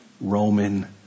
Roman